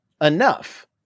enough